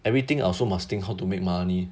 everything also must think how to make money